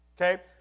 Okay